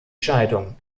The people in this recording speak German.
scheidung